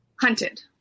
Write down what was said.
Hunted